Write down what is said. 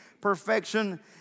perfection